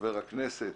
חבר הכנסת,